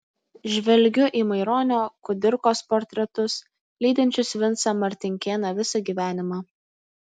žvelgiu į maironio kudirkos portretus lydinčius vincą martinkėną visą gyvenimą